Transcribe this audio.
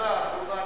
השאלה האחרונה,